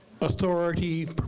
authority